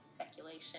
speculation